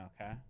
Okay